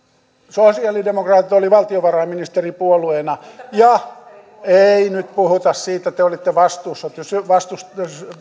sosialidemokraatit olivat valtiovarainministeripuolueena ja ei nyt puhuta siitä te te olitte vastuussa